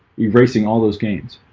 you're racing all those gains